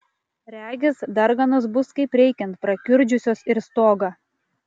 regis darganos bus kaip reikiant prakiurdžiusios ir stogą